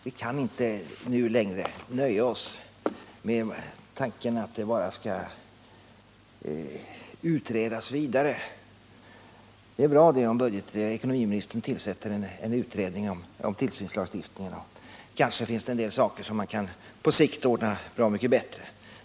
Vi kan inte längre nöja oss med tanken att det bara skall utredas vidare. Det är bra om budgetoch ekonomiministern tillsätter en utredning om tillsynslagstiftningen. Kanske finns det en del saker som man på sikt kan ordna bra mycket bättre.